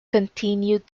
continued